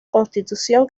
constitución